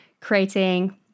creating